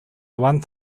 one